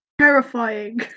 terrifying